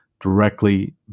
directly